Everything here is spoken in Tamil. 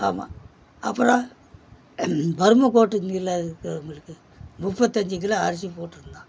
ஆமாம் அப்புறோம் வறுமை கோட்டுக்கு கீழே இருக்கிறவங்களுக்கு முப்பத்தஞ்சி கிலோ அரிசி போட்டுருந்தான்